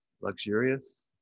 luxurious